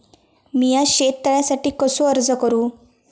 मीया शेत तळ्यासाठी कसो अर्ज करू?